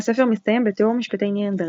הספר מסתיים בתיאור משפטי נירנברג.